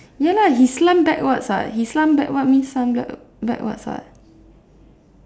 ya lah he slant backwards [what] he slant backward means slant back backwards [what]